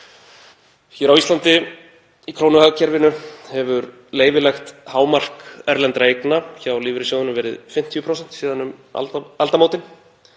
Hér á Íslandi, í krónuhagkerfi, hefur leyfilegt hámark erlendra eigna hjá lífeyrissjóðunum verið 50% síðan um aldamótin